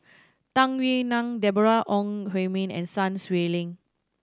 Tung Yue Nang Deborah Ong Hui Min and Sun Xueling